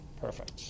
Perfect